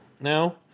now